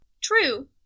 True